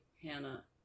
Hannah